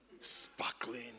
Sparkling